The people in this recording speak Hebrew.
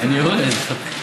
אני יורד, ספר.